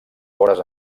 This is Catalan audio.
vores